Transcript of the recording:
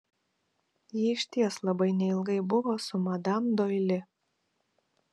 ji išties labai neilgai buvo su madam doili